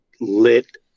lit